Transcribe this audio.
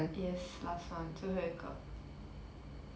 yes last one 最后一个